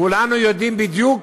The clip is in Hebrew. כולנו יודעים בדיוק